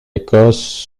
écosse